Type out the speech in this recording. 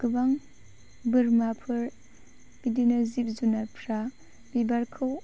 गोबां बोरमाफोर बिदिनो जिब जुनारफोरा बिबारखौ